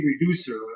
reducer